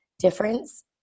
difference